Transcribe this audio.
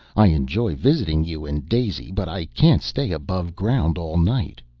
i enjoy visiting you and daisy, but i can't stay aboveground all night.